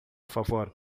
favor